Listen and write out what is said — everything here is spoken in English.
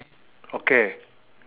okay